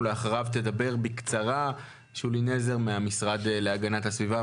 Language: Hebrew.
אחריו תדבר בקצרה שולי נזר מהמשרד להגנת הסביבה,